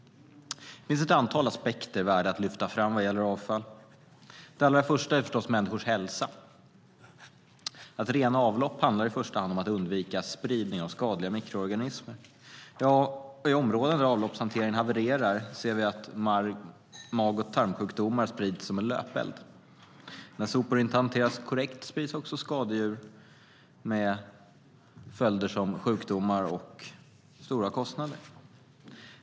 Det finns ett antal aspekter värda att lyfta fram vad gäller avfall. Den allra första är förstås människors hälsa. Att rena avlopp handlar i första hand om att undvika spridning av skadliga mikroorganismer. I områden där avloppshanteringen havererar ser vi att mag och tarmsjukdomar sprids som en löpeld, och när sopor inte hanteras korrekt sprids skadedjur. Det får sjukdomar och stora kostnader som följd.